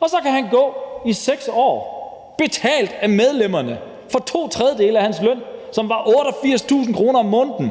og så kan han gå i 6 år, betalt af medlemmerne, for to tredjedele af sin løn, som var 88.000 kr. om måneden.